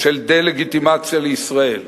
של דה-לגיטימציה לישראל,